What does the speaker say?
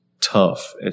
tough